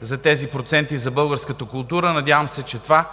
за тези проценти за българската култура. Надявам се, че това